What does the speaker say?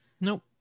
Nope